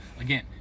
again